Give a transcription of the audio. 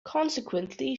consequently